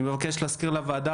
אני מבקש להזכיר לוועדה,